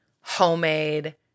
homemade